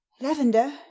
Lavender